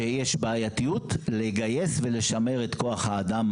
שיש בעייתיות לגייס ולשמר את כוח האדם,